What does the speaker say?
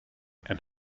and